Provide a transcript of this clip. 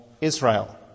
Israel